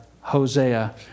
Hosea